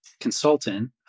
consultant